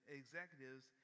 executives